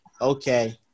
Okay